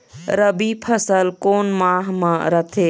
रबी फसल कोन माह म रथे?